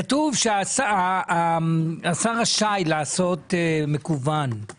כתוב שהשר רשאי לעשות את זה מקוון.